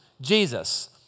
Jesus